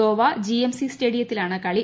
Goa G M C സ്റ്റേഡിയത്തിലാണ് കളി